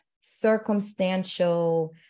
circumstantial